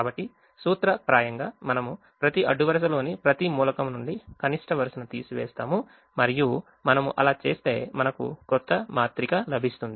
కాబట్టి సూత్రప్రాయంగా మనము ప్రతి అడ్డు వరుసలోని ప్రతి మూలకం నుండి కనిష్ట వరుసను తీసివేస్తాము మరియు మనము అలా చేస్తే మనకు క్రొత్త మాత్రిక లభిస్తుంది